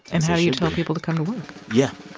and how do you tell people to kind of yeah